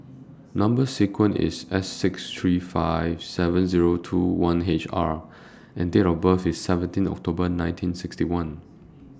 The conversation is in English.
Number sequence IS S six three five seven Zero two one R and Date of birth IS seventeen October nineteen sixty one